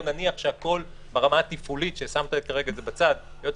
כשהכול ברמה התפעולית נניח יהיה נהדר,